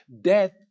Death